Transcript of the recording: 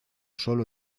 solo